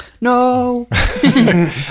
No